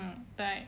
mm 对